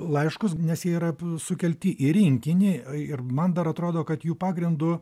laiškus nes jie yra sukelti į rinkinį ir man dar atrodo kad jų pagrindu